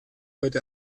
heute